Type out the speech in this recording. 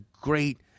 great